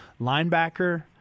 linebacker